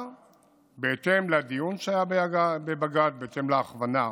בהתאם לדיון שהיה בבג"ץ ובהתאם להכוונה,